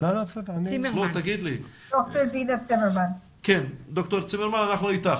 ד"ר דינה צימרמן בבקשה.